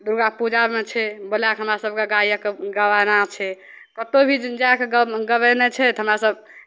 दुर्गा पूजामे छै बुलाय कऽ हमरा सभकेँ गायककेँ गबाना छै कतहु भी जा कऽ गबेनाइ छै तऽ हमरासभ